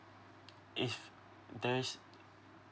if there's